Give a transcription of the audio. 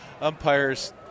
umpires